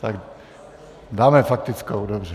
Tak dáme faktickou, dobře.